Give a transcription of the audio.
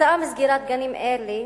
כתוצאה מסגירת גנים אלה,